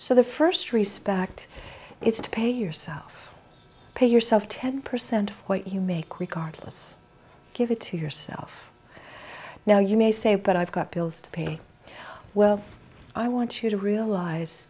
so the first respect is to pay yourself pay yourself ten percent of what you make regardless give it to yourself now you may say but i've got bills to pay well i want you to realize